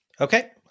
Okay